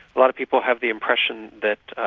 a lot of people have the impression that